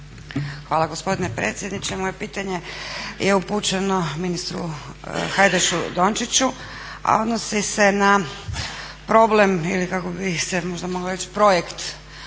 Hvala gospodine predsjedniče. Moje pitanje je upućeno ministru Hajdašu Dončiću, a odnosi se na problem ili kako